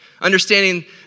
Understanding